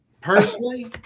personally